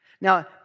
Now